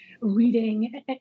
reading